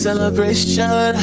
Celebration